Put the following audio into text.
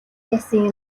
байсан